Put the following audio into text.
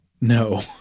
No